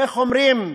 איך אומרים,